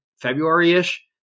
February-ish